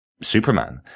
superman